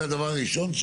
זה הדבר הראשון,